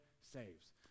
saves